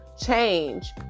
change